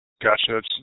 Gotcha